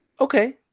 Okay